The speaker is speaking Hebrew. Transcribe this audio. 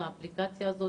האפליקציה הזאת